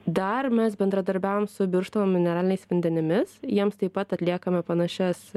dar mes bendradarbiaujam su birštono mineraliniais vandenimis jiems taip pat atliekame panašias